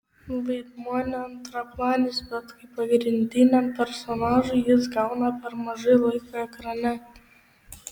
vaidmuo ne antraplanis bet kaip pagrindiniam personažui jis gauna per mažai laiko ekrane